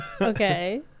Okay